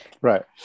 right